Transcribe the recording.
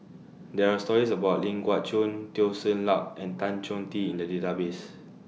There Are stories about Ling Geok Choon Teo Ser Luck and Tan Choh Tee in The Database